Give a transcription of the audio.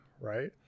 right